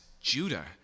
Judah